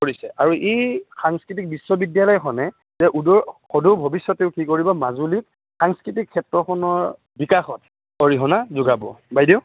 কৰিছে আৰু এই সাংস্কৃতিক বিশ্ববিদ্যালয়খনে এই অদূৰ অদূৰ ভৱিষ্যতেও কি কৰিব মাজুলীত সাংস্কৃতিক ক্ষেত্ৰখনৰ বিকাশত অৰিহণা যোগাব বাইদেউ